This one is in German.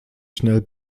schnell